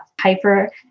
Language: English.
Hyper